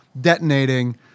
detonating